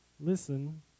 listen